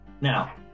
Now